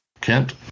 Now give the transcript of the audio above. Kent